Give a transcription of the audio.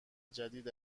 جدید